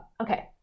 Okay